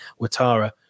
Watara